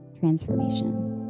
transformation